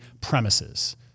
premises